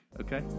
okay